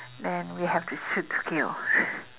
then we have to shoot to kill